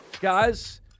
guys